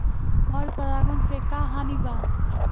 पर परागण से का हानि बा?